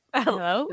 hello